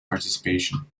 participation